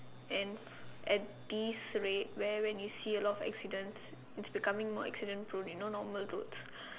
and at this rate where when you see a lot of accident it's becoming more accident prone you know normal roads